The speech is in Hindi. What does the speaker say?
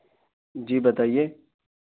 जी बताइए